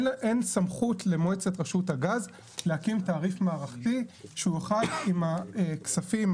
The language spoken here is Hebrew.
אין סמכות למועצת רשות הגז להקים תעריף מערכתי שהוא יוכל עם הכספים,